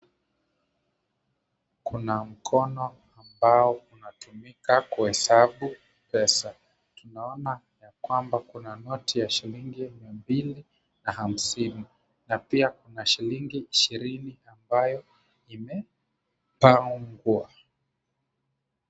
Kuna mkono ambao unatumika kuhesabu pesa. Tunaona kwamba kuna noti ya shilingi mia mbili na hamsini na pia kuna shilingi ishirini ambayo imepangwo.